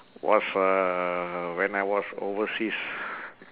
was uh when I was overseas